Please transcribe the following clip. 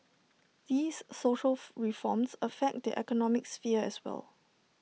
these social reforms affect the economic sphere as well